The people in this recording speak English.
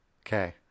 Okay